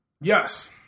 yes